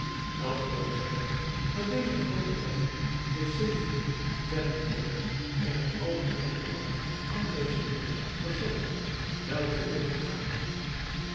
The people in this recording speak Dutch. dat wil zeggen dat deze groote mannen den zevenden term door in het algemeen belang andré chénier verzochten wel te willen gaan